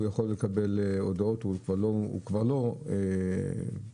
הוא יכול לקבל הודעות והוא כבר לא נכנס,